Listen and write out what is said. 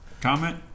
comment